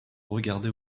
regarder